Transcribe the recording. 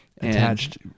Attached